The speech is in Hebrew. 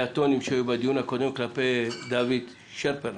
הטונים שהיו בדיון הקודם כלפי דוד שרפר.